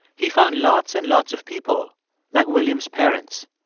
he found lots and lots of people like william's parents,